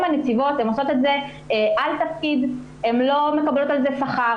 הנציבות היום עושות את זה על תפקיד והן לא מקבלות על זה שכר.